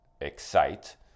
excite